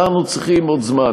אנחנו צריכים עוד זמן,